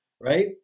right